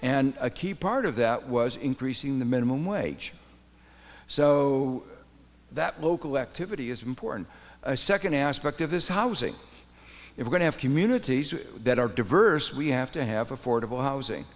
and a key part of that was increasing the minimum wage so that local activity is important a second aspect of this housing is going to have communities that are diverse we have to have affordable housing